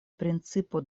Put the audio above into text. principo